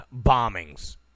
bombings